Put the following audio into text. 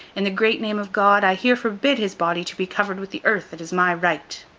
in the great name of god, i here forbid his body to be covered with the earth that is my right